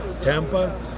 Tampa